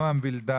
נעם וילדר